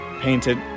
painted